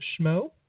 schmo